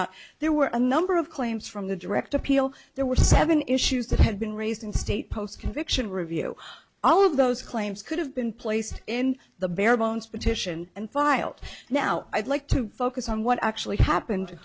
out there were a number of claims from the direct appeal there were seven issues that had been raised in state post conviction review all of those claims could have been placed in the barebones petition and filed now i'd like to focus on what actually happened